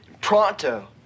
pronto